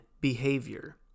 behavior